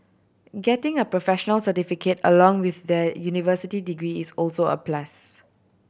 getting a professional certificate along with their university degree is also a plus